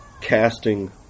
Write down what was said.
casting